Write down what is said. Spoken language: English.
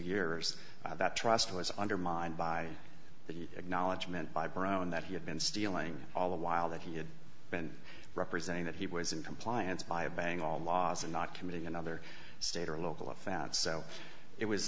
years that trust has undermined by the acknowledgement by brown that he had been stealing all the while that he had been representing that he was in compliance by a bang all laws and not committing another state or local of that so it was